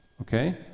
Okay